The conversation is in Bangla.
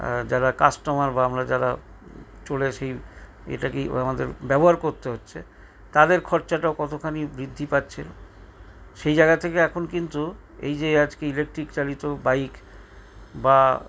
যারা কাস্টমার বা আমরা যারা চড়েছি এটা কি আমাদের ব্যবহার করতে হচ্ছে তাদের খরচাটা কতখানি বৃদ্ধি পাচ্ছে সেই জায়গা থেকে এখন কিন্তু এই যে আজকে ইলেকট্রিক চালিত বাইক বা